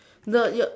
the your